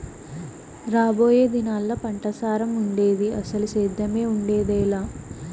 రాబోయే దినాల్లా పంటసారం ఉండేది, అసలు సేద్దెమే ఉండేదెలా